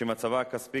שמצבה הכספי